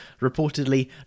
reportedly